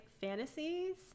fantasies